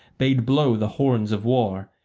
bade blow the horns of war,